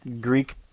Greek